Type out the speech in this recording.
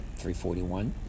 341